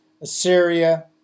Assyria